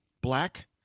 black